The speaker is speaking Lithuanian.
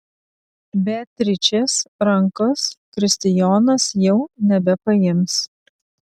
beatričės rankos kristijonas jau nebepaims